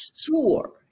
sure